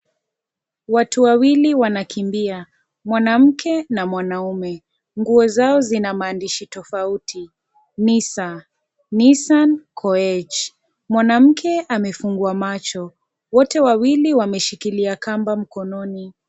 Watu wawili wanakimbia. Mwanamke na mwanaume. Nguo zao zina maandishi tofauti, Nisa Nisan Koech. Mwanamke amefungwa macho. Wote wawili wakishikila kamba mikononi.